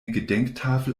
gedenktafel